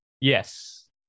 Yes